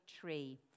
tree